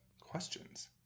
questions